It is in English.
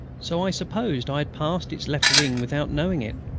so i supposed i had passed its left wing without knowing it.